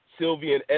Sylvian